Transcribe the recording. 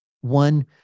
One